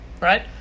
right